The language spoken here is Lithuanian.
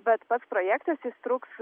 bet pats projektas jis truks